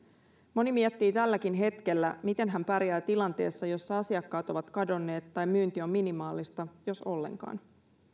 moni miettii tälläkin hetkellä miten hän pärjää tilanteessa jossa asiakkaat ovat kadonneet tai myynti on minimaalista jos sitä on ollenkaan